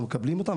לא מקבלים אותם,